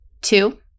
two